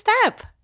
step